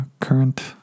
current